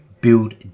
build